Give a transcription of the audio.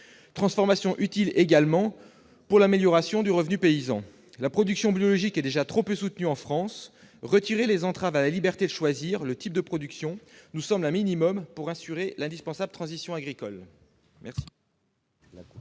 transformation utile également pour l'amélioration du revenu paysan. La production biologique est déjà trop peu soutenue en France ; retirer les entraves à la liberté de choisir le type de production nous semble un minimum pour assurer l'indispensable transition agricole. La